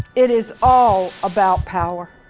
it is all about power.